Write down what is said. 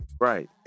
Right